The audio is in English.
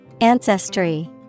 Ancestry